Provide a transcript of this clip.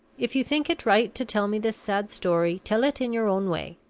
if you think it right to tell me this sad story, tell it in your own way.